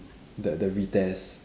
the the retest